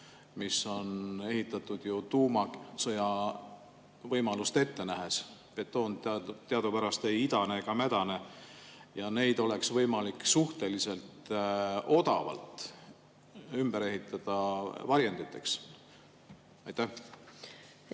mis on ehitatud ju tuumasõjavõimalust ette nähes? Betoon teadupärast ei idane ega mädane. Neid oleks võimalik suhteliselt odavalt varjenditeks ümber ehitada. Aitäh!